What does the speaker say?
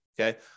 Okay